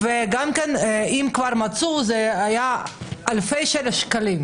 אם הם כבר מצאו, היה מדובר בעניין של אלפי שקלים.